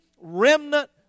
remnant